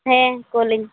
ᱦᱮᱸ ᱠᱚᱞᱤᱧ